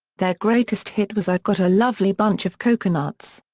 their greatest hit was i've got a lovely bunch of coconuts.